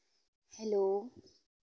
hello